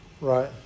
Right